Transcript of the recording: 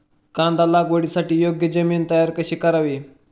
कांदा लागवडीसाठी योग्य जमीन तयार कशी करावी?